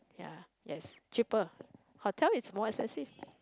ya yes cheaper hotel is more expensive